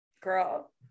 girl